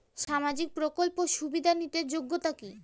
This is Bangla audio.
সামাজিক প্রকল্প সুবিধা নিতে যোগ্যতা কি?